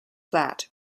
flat